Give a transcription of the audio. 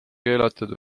keelatud